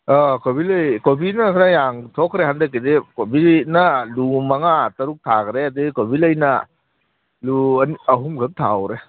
ꯑꯥ ꯀꯣꯕꯤ ꯂꯩ ꯀꯣꯕꯤꯅ ꯈꯔ ꯌꯥꯝꯊꯣꯛꯈ꯭ꯔꯦ ꯍꯟꯗꯛꯀꯤꯗꯤ ꯀꯣꯕꯤꯅ ꯀꯤꯂꯣ ꯃꯪꯉꯥ ꯇꯔꯨꯛ ꯊꯥꯈ꯭ꯔꯦ ꯑꯗꯨꯒ ꯀꯣꯕꯤ ꯂꯩꯅ ꯀꯤꯂꯣ ꯑꯍꯨꯝꯈꯛ ꯊꯥꯍꯧꯔꯦ